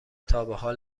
تابحال